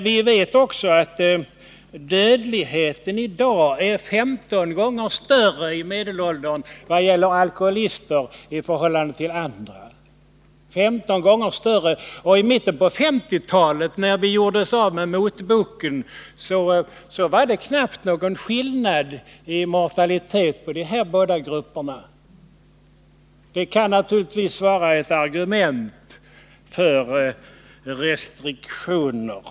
Vi vet också att dödligheten i dag är 15 gånger större i medelåldern för alkoholister än för andra. I mitten av 1950-talet, när vi gjorde oss av med motboken, var det knappt någon skillnad i mortalitet mellan de här båda grupperna. Det kan naturligtvis vara ett argument för restriktioner.